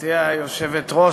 גברתי היושבת-ראש,